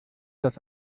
das